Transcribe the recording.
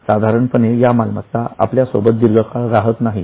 साधारणपणे या मालमत्ता आपल्या सोबत दीर्घ काळ राहत नाहीत